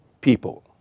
people